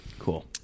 Cool